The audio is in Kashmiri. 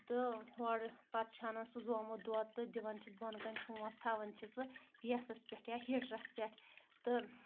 تہٕ ہورٕ پتہٕ چھُ اَنان سُہ زومُت دۄد تہٕ دِوان چھس بۄن کَنۍ چُھومٛپ تھاوان چھِ سُہ گیسَس پؠٹھ یا ہیٖٹرَس پؠٹھ تہٕ